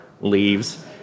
leaves